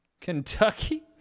Kentucky